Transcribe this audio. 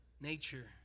nature